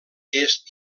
est